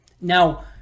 Now